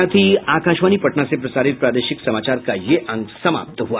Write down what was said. इसके साथ ही आकाशवाणी पटना से प्रसारित प्रादेशिक समाचार का ये अंक समाप्त हुआ